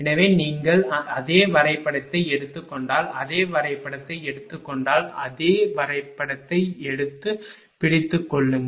எனவே நீங்கள் அதே வரைபடத்தை எடுத்துக் கொண்டால் அதே வரைபடத்தை எடுத்துக் கொண்டால் அதே வரைபடத்தை எடுத்துக் கொண்டால் பிடித்துக் கொள்ளுங்கள்